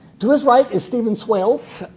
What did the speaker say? to his right is stephen swails.